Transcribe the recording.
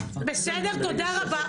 ושחברי הכנסת --- בסדר, תודה רבה,